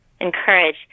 encourage